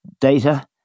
data